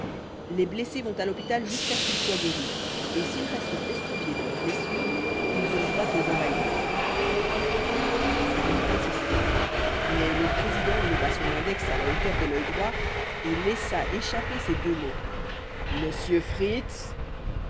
les blessés vont à l'hôpital jusqu'à ce qu'ils soient guéris et s'ils restent estropiés de leurs blessures ils ont droit aux invalides fritz voulut insister mais le président leva son index à la hauteur de l'œil droit et laissa échapper ces deux mots monsieur fritz